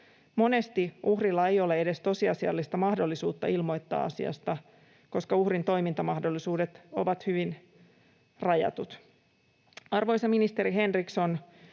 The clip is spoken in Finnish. Monesti uhrilla ei ole edes tosiasiallista mahdollisuutta ilmoittaa asiasta, koska uhrin toimintamahdollisuudet ovat hyvin rajatut. Arvoisa ministeri Henriksson,